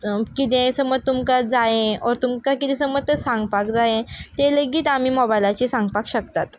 कितेंय सम तुमकां जायें ऑर तुमकां कितें सम तर सांगपाक जायें तें लेगीत आमी मॉबायलाचेर सांगपाक शकतात